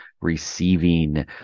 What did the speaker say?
receiving